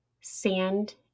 sand